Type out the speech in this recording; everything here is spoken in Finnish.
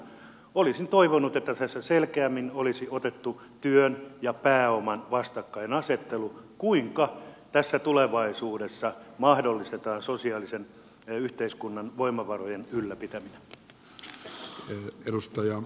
olisin toivonut että tässä selkeämmin olisi otettu esille työn ja pääoman vastakkainasettelu se kuinka tässä tulevaisuudessa mahdollistetaan sosiaalisten ja yhteiskunnan voimavarojen ylläpitäminen